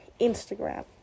Instagram